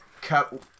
cut